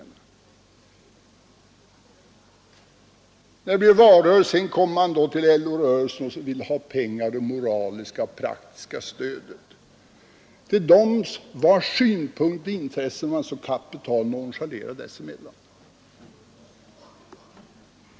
När det blir valrörelse kommer man till LO-rörelsen och vill ha pengar och det moraliska och praktiska stödet, till dem vars synpunkter och intressen man så kapitalt nonchalerar dessemellan.